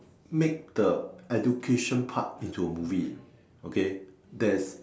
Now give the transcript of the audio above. make the education part into a movie okay there's